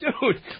Dude